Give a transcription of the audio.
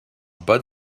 bud